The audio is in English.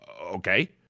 okay